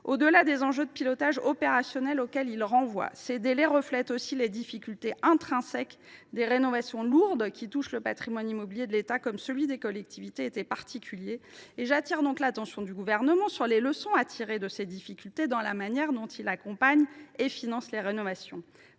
Au delà des enjeux de pilotage opérationnel auxquels ils renvoient, ces délais reflètent les difficultés intrinsèques des rénovations lourdes qui touchent le patrimoine immobilier de l’État, comme celui des collectivités et des particuliers. J’attire l’attention du Gouvernement sur les leçons à tirer de ces difficultés dans la manière dont il accompagne et finance les rénovations.